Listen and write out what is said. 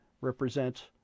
represent